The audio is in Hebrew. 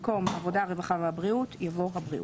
במקום "העבודה והרווחה והבריאות" יבוא "הבריאות".